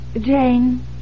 Jane